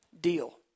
deal